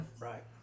Right